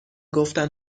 گفتن